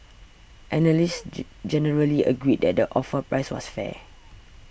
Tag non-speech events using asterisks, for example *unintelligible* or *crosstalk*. analysts *unintelligible* generally agreed that the offer price was fair